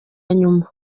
nyuma